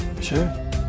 Sure